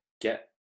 get